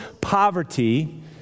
poverty